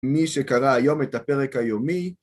מי שקרא היום את הפרק היומי.